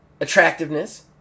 attractiveness